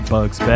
Bugs